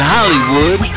Hollywood